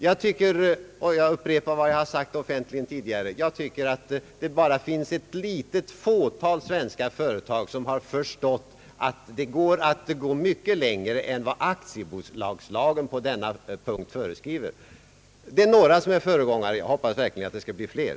Det finns — jag upprepar vad jag tidigare har sagt offentligen — bara ett fåtal svenska företag som har förstått att det är möjligt att gå längre än vad aktiebolagslagen på denna punkt föreskriver. Det är några som är föregångare. Jag hoppas verkligen att det skall bli fler.